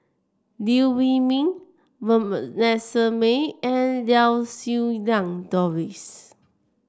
Liew Wee Mee Vanessa Mae and Lau Siew Lang Doris